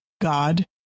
God